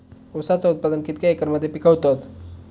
ऊसाचा उत्पादन कितक्या एकर मध्ये पिकवतत?